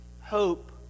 Hope